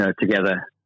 Together